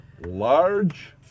large